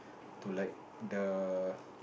to like the